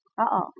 Uh-oh